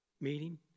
Meeting